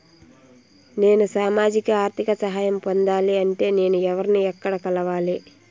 నేను సామాజిక ఆర్థిక సహాయం పొందాలి అంటే నేను ఎవర్ని ఎక్కడ కలవాలి?